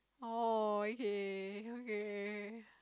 oh okay okay K K K K